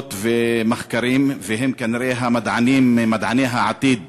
עבודות ומחקרים, והם כנראה מדעני העתיד.